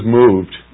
moved